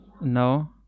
no